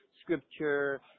scripture